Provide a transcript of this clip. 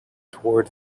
toward